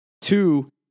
Two